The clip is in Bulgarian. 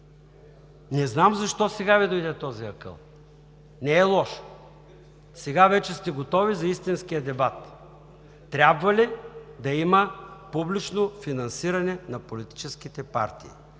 Не знам защо сега Ви дойде този акъл? Не е лошо. Сега вече сте готови за истинския дебат. Трябва ли да има публично финансиране на политическите партии?